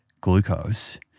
glucose